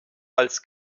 als